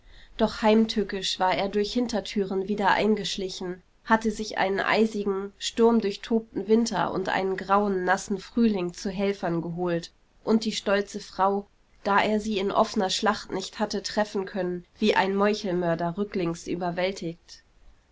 doch heimtückisch war er durch hintertüren wieder eingeschlichen hatte sich einen eisigen sturmdurchtobten winter und einen grauen nassen frühling zu helfern geholt und die stolze frau da er sie in offener schlacht nicht hatte treffen können wie ein meuchelmörder rücklings überwältigt